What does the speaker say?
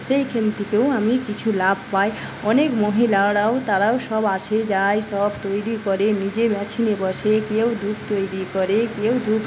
সেইখান থেকেও আমি কিছু লাভ পাই অনেক মহিলারাও তারাও সব আসে যায় সব তৈরি করে নিজে মেশিনে বসে কেউ ধূপ তৈরি করে কেউ ধূপ